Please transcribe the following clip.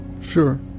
sure